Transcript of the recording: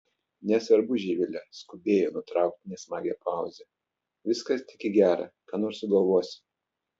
nesvarbu živile skubėjo nutraukti nesmagią pauzę viskas tik į gera ką nors sugalvosime